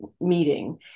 meeting